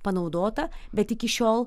panaudota bet iki šiol